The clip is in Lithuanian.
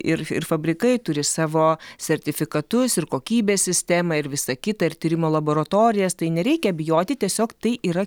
ir ir fabrikai turi savo sertifikatus ir kokybės sistemą ir visa kita ir tyrimo laboratorijas tai nereikia bijoti tiesiog tai yra